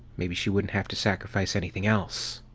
maybe she wouldn't have to sacrifice anything else.